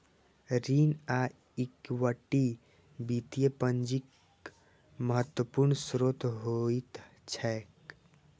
ऋण आ इक्विटी वित्तीय पूंजीक महत्वपूर्ण स्रोत होइत छैक